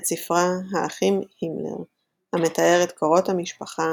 את ספרה "האחים הימלר" המתאר את קורות המשפחה,